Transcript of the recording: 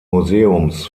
museums